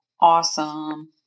Awesome